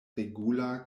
regula